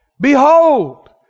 Behold